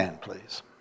please